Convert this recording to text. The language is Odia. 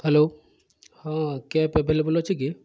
ହ୍ୟାଲୋ ହଁ କ୍ୟାବ୍ ଆଭେଲେବଲ୍ ଅଛି କି